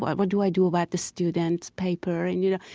what what do i do about this student's paper? and, you know,